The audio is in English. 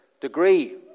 degree